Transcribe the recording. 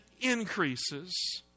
increases